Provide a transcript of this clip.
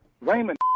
Raymond